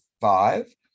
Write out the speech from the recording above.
five